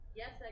yes